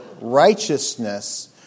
righteousness